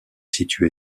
situé